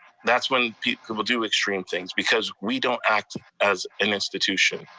that's when people people do extreme things, because we don't act as an institution.